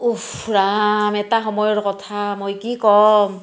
উফ ৰাম এটা সময়ৰ কথা মই কি কম